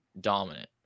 dominant